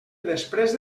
després